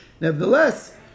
nevertheless